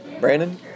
brandon